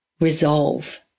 resolve